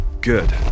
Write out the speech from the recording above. good